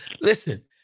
listen